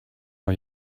vor